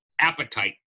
appetite